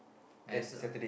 mass uh